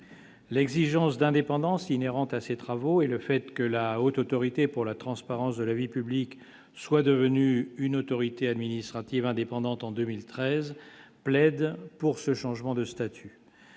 l'exigence d'indépendance inhérente à ces travaux et le fait que la Haute autorité pour la transparence de la vie publique soit devenu une autorité administrative indépendante en 2013 plaide pour ce changement de statut,